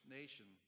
nation